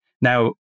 Now